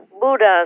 Buddha's